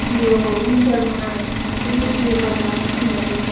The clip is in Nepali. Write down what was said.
यो विन्टरमा चाहिँ उयो गर्छ उनीहरू